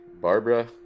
Barbara